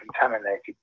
contaminated